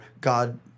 God